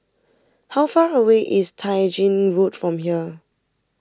how far away is Tai Gin Road from here